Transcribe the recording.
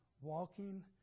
walking